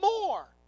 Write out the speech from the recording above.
more